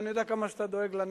ואני יודע כמה אתה דואג לנגב.